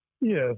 yes